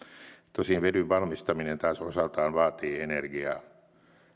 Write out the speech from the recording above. tosin vedyn valmistaminen taas osaltaan vaatii energiaa